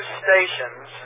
stations